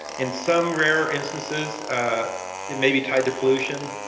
in some rare instances it may be tied to pollution,